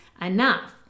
enough